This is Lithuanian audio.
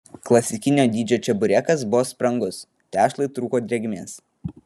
klasikinio dydžio čeburekas buvo sprangus tešlai trūko drėgmės